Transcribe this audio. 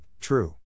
true